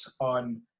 on